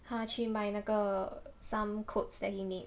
他去卖那个 some codes that he made